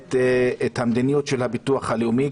את המדיניות של הביטוח הלאומי.